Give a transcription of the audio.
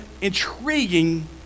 intriguing